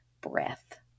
breath